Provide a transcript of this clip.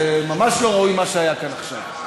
זה ממש לא ראוי מה שהיה כאן עכשיו,